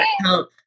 help